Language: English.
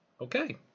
Okay